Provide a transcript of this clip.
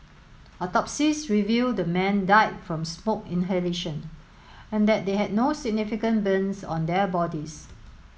autopsies revealed the men died from smoke inhalation and that they had no significant burns on their bodies